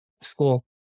school